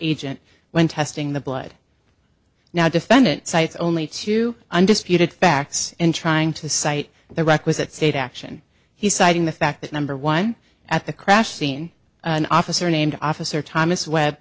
agent when testing the blood now defendant cites only two undisputed facts in trying to cite the requisite state action he's citing the fact that number one at the crash scene an officer named officer thomas web